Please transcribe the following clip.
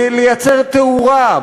לייצר תאורה,